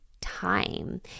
time